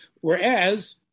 Whereas